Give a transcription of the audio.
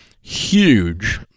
huge